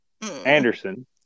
Anderson